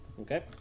Okay